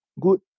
good